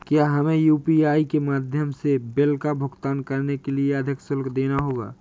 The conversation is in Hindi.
क्या हमें यू.पी.आई के माध्यम से बिल का भुगतान करने के लिए अधिक शुल्क देना होगा?